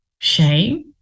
shame